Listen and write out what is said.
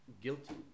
guilty